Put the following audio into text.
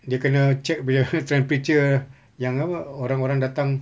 dia kena check dia punya !huh! temperature yang apa orang orang datang